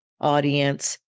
audience